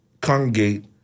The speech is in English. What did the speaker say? congregate